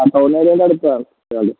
ആ town area അടുത്താണ് ഒരാളല്